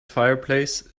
fireplace